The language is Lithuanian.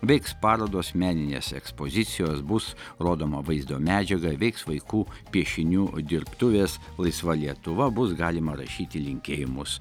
veiks parodos meninės ekspozicijos bus rodoma vaizdo medžiaga veiks vaikų piešinių dirbtuvės laisva lietuva bus galima rašyti linkėjimus